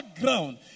ground